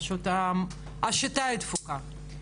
פשוט השיטה היא דפוקה.